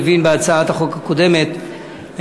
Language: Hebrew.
הצעת חוק מבקר המדינה (תיקון,